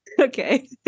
Okay